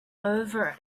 over